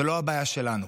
זו לא הבעיה שלנו.